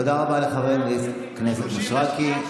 תודה רבה לחבר הכנסת מישרקי.